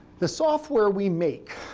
the software we make